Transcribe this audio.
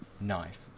knife